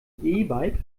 bike